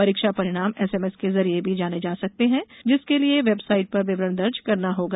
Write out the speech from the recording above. परीक्षा परिणाम एसएमएस के जरिये भी जाने जा सकते हैं जिसके लिए वेबसाइट पर विवरण दर्ज करना होगा